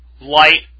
light